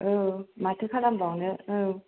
औ माथो खालामबावनो औ